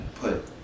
put